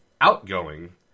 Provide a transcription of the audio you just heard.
outgoing